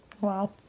wow